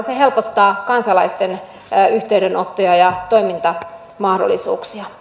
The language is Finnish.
se helpottaa kansalaisten yhteydenottoja ja toimintamahdollisuuksia